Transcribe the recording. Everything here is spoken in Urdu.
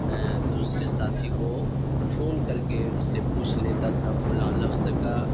دوسرے ساتھی کو فون کر کے اس سے پوچھ لیتا تھا فلاں لفظ کا